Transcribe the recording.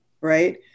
right